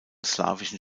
slawischen